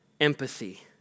empathy